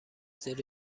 زیر